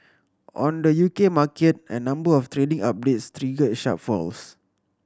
on the U K market a number of trading updates triggered sharp falls